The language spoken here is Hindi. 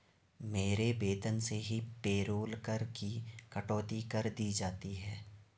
मेरे वेतन से ही पेरोल कर की कटौती कर दी जाती है